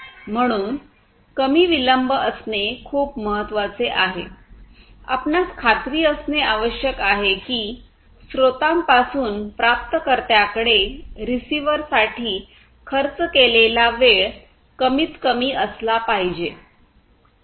म्हणून कमी विलंब असणे खूप महत्वाचे आहे आपणास खात्री असणे आवश्यक आहे की स्त्रोतापासून प्राप्तकर्त्याकडे रिसीव्हर साठी खर्च केलेला वेळ कमीतकमी असला पाहिजे